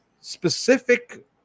specific